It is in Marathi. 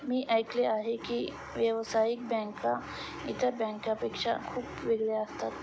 मी ऐकले आहे की व्यावसायिक बँका इतर बँकांपेक्षा खूप वेगळ्या असतात